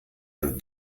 man